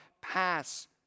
pass